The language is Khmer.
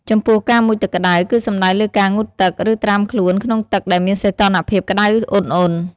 ចំពោះការមុជទឹកក្តៅ គឺសំដៅលើការងូតទឹក ឬត្រាំខ្លួនក្នុងទឹកដែលមានសីតុណ្ហភាពក្តៅឧណ្ហៗ។